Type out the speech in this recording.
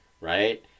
right